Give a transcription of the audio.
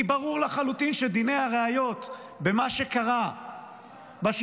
כי ברור לחלוטין שדיני הראיות במה שקרה ב-7